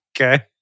Okay